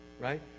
right